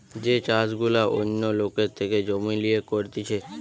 যে চাষ গুলা অন্য লোকের থেকে জমি লিয়ে করতিছে